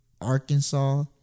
Arkansas